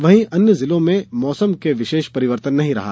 वहीं अन्य जिलों के मौसम में विशेष परिवर्तन नहीं रहा